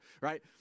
right